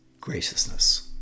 graciousness